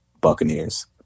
Buccaneers